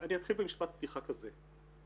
אני אתחיל במשפט פתיחה כזה: